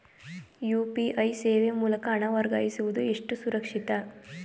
UPI ಸೇವೆ ಮೂಲಕ ಹಣ ವರ್ಗಾಯಿಸುವುದು ಎಷ್ಟು ಸುರಕ್ಷಿತ?